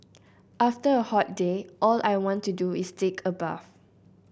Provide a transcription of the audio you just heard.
after a hot day all I want to do is take a bath